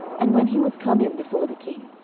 and when he was come in before the king,